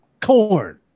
corn